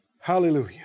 Hallelujah